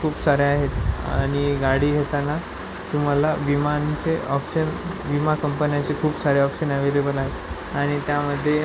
खूप साऱ्या आहेत आणि गाडी घेताना तुम्हाला विमांचे ऑप्शन विमा कंपन्याचे खूप सारे ऑप्शन ॲवे्लेबल आहेत आणि त्यामध्ये